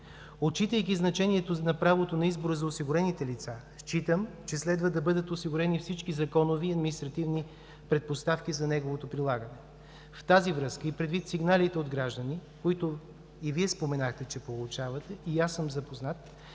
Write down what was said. Отчитайки значението на правото на избор за осигурените лица, считам, че следва да бъдат осигурени всички законови и административни предпоставки за неговото прилагане. В тази връзка и предвид сигналите от граждани, които и Вие споменахте, че получавате, и аз съм запознат,